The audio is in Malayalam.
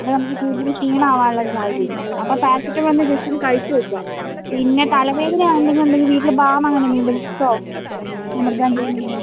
അല്ലെങ്കിൽ നമുക്ക് കൂടുതൽ ക്ഷീണം ആവാനുള്ള സാധ്യത ഉണ്ട് അപ്പോൾ പാരസെറ്റമോൾ തന്നെ ജസ്റ്റ് ഒന്ന് കഴിച്ച് നോക്കുക പിന്നെ തലവേദന ഉണ്ടെങ്കിൽ ഉണ്ടെങ്കിൽ വീട്ടിൽ ബാം അങ്ങനെ എന്തെങ്കിലും ഉണ്ടോ വിക്സോ അമൃതാഞ്ജൻ എന്തെങ്കിലും